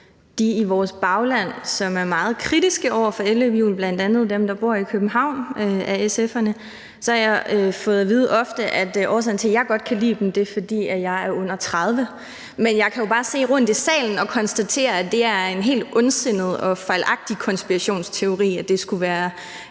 dem i vores bagland, som er meget kritiske over for elløbehjul, bl.a. de af SF'erne, der bor i København, så har jeg ofte fået at vide, at årsagen til, at jeg godt kan lide dem, er, at jeg er under 30 år. Men jeg kan jo bare kigge rundt i salen og konstatere, at det er en helt ondsindet og fejlagtig konspirationsteori, at det skulle være